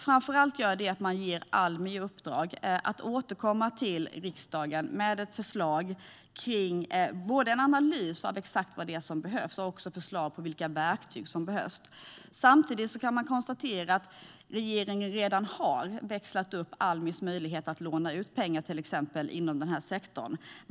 Framför allt ger man Almi i uppdrag att återkomma till riksdagen med en analys och ett förslag om vilka verktyg som behövs. Samtidigt kan man konstatera att regeringen redan har växlat upp Almis möjligheter att låna ut pengar inom den här sektorn.